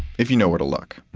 if you know where to look.